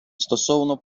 стосовно